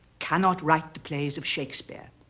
cannot write the plays of shakespeare.